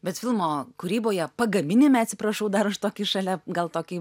bet filmo kūryboje pagaminime atsiprašau dar už tokį šalia gal tokį